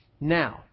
Now